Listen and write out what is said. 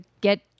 get